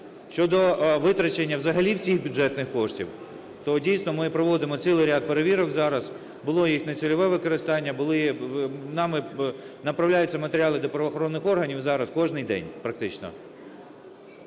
Щодо витрачення взагалі всіх бюджетних коштів, то, дійсно, ми проводимо цілий ряд перевірок зараз. Було їх нецільове використання, були… нами направляються матеріали до правоохоронних органів зараз кожний день, практично.